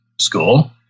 school